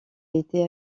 été